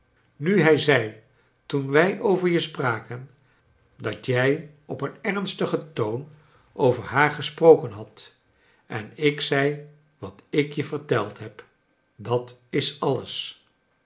nu hij zei toen wij over je spraken dat jij op een ernstigen toon over haar gesproken hadt en ik zei wat ik je verteld heb dat is alles